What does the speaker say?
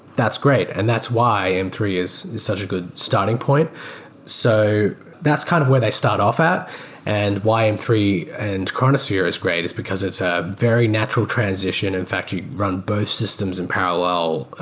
that's great and that's why m three is such a good starting point so that's kind of where they start off at and why m three and chronosphere is great is because it's a very natural transition. in fact, you run both systems in parallel,